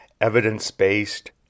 evidence-based